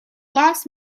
lost